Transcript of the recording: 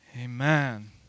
Amen